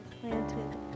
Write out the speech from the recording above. planted